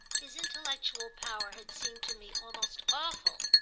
his intellectual power had seemed to me almost awful.